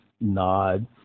nod